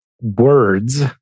words